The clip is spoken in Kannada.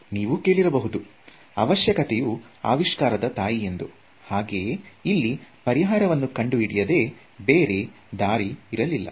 ನೀವು ಕೇಳಿರಬಹುದು ಅವಶ್ಯಕತೆಯು ಅವಿಷ್ಕಾರದ ತಾಯಿಯೆಂದು ಹಾಗೆಯೇ ಇಲ್ಲಿ ಪರಿಹಾರವನ್ನು ಕಂಡುಹಿಡಿಯದೇ ಬೇರೆ ದಾರಿಯಿರಲಿಲ್ಲ